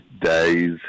days